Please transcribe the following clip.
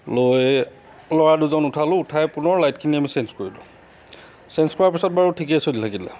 লৈ ল'ৰা দুজন উঠালোঁ উঠাই পুনৰ লাইটখিনি আমি চেইন্জ কৰিলোঁ চেইন্জ কৰাৰ পিছত বাৰু ঠিকেই চলি থাকিলে